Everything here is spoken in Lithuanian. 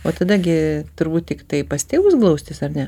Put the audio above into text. o tada gi turbūt tiktai pas tėvus glaustis ar ne